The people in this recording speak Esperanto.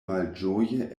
malĝoje